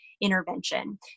intervention